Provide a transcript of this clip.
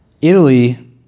Italy